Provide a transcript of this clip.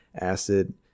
acid